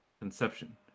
conception